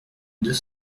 deux